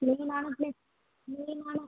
மெயினான ப்ளேஸ் மெயினான